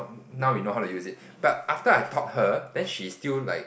now we know how to use it but after I taught her then she still like